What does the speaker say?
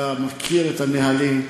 אתה מכיר את הנהלים.